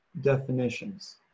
definitions